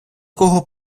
кого